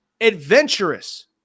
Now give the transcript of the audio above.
adventurous